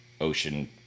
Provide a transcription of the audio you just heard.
ocean